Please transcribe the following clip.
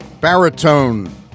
baritone